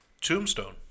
Tombstone